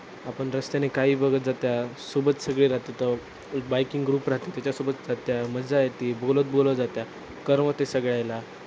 आपण रस्त्याने काही बघत जातो आहे सोबत सगळी राहतात बाईकिंग ग्रुप राहते त्याच्यासोबत जातो आहे मजा येते बोलत बोलत जातो आहे करमते सगळ्यायला